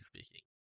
speaking